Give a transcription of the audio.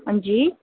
हांजी